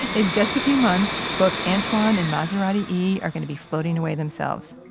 in just a few months, but antwan and maserati e are gonna be floating away themselves.